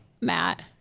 Matt